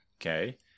Okay